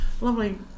lovely